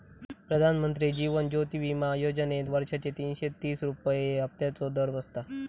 प्रधानमंत्री जीवन ज्योति विमा योजनेत वर्षाचे तीनशे तीस रुपये हफ्त्याचो दर बसता